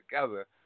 together